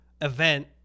event